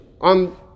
on